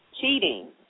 cheating